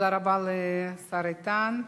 תודה רבה לשר איתן.